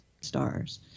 stars